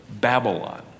Babylon